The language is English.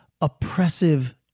oppressive